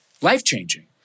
life-changing